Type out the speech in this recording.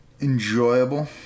enjoyable